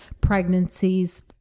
pregnancies